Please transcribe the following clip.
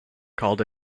called